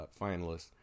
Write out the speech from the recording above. finalists